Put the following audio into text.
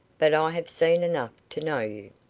but i have seen enough to know you.